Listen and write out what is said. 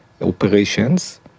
operations